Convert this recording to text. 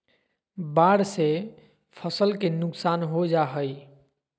बाढ़ से फसल के नुकसान हो जा हइ